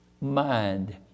Mind